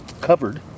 covered